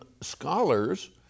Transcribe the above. scholars